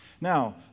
Now